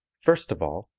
first of all,